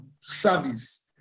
service